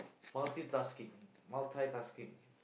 multi tasking multi tasking